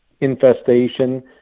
infestation